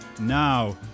Now